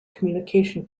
communication